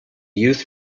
youth